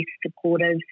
supportive